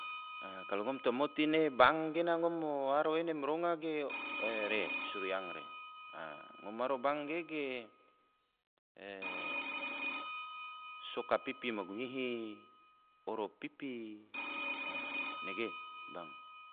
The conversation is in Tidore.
Kalo ngom toma moti ge bank ge waro ene ma ronga ge suru yang re, ngom waro bank ge soka pipi ma gunyihi, oro pipi. nege bank